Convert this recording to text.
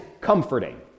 comforting